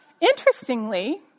interestingly